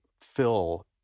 fill